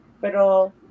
Pero